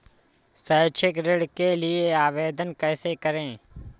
शैक्षिक ऋण के लिए आवेदन कैसे करें?